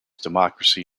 democracy